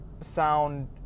sound